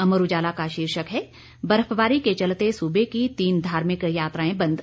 अमर उजाला का शीर्षक है बर्फबारी के चलते सूबे की तीन धार्मिक यात्राएं बंद